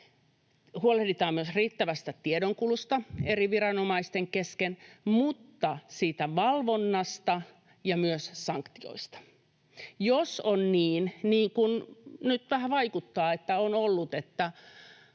huolehditaan myös riittävästä tiedonkulusta eri viranomaisten kesken, mutta siitä valvonnasta ja myös sanktioista. Jos on niin, niin kuin nyt vähän vaikuttaa, että on ollut, että